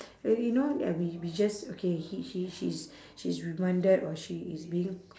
uh you know that we we just okay he she she's she's reminded or she is being